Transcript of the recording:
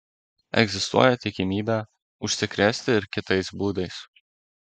egzistuoja tikimybė užsikrėsti ir kitais būdais